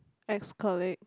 is correct